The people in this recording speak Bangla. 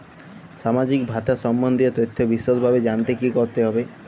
সামাজিক ভাতা সম্বন্ধীয় তথ্য বিষদভাবে জানতে কী করতে হবে?